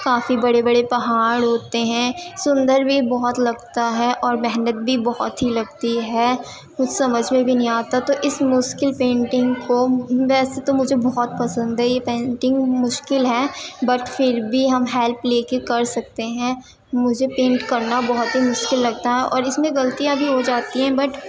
کافی بڑے بڑے پہاڑ ہوتے ہیں سندر بھی بہت لگتا ہے اور محنت بھی بہت ہی لگتی ہے کچھ سمجھ میں بھی نہیں آتا تو اس مشکل پینٹنگ کو ویسے تو مجھے بہت پسند ہے یہ پینٹنگ مشکل ہے بٹ پھر بھی ہم ہیلپ لے کے کر سکتے ہیں مجھے پینٹ کرنا بہت ہی مشکل لگتا ہے اور اس میں غلطیاں بھی ہو جاتی ہیں بٹ